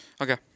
Okay